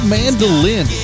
Mandolin